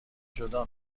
جدا